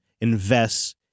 invests